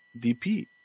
DP